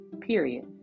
period